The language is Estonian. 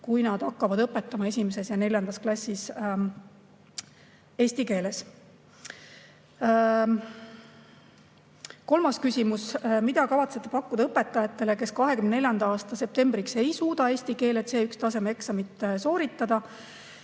kui nad hakkavad esimeses ja neljandas klassis eesti keeles õpetama. Kolmas küsimus: mida kavatsete pakkuda õpetajatele, kes 2024. aasta septembriks ei suuda eesti keele C1‑taseme eksamit sooritada?